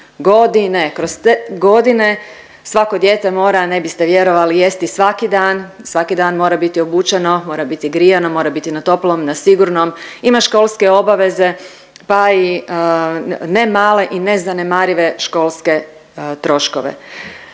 godine. Kroz te godine svako dijete mora, ne biste vjerovali, jesti svaki dan, svaki dan mora biti obučeno, mora biti grijano, mora biti na toplom, na sigurnom, ima školske obaveze, pa i ne male i ne zanemarive školske troškove.